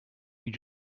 you